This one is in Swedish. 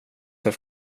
för